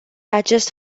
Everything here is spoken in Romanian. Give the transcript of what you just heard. acest